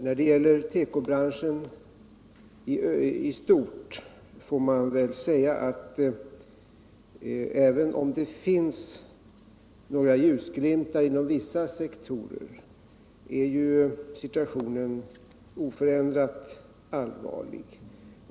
När det gäller tekobranschen i stort får man väl säga att även om det finns några ljusglimtar inom vissa sektorer är situationen oförändrat allvarlig.